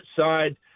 side